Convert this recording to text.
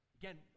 Again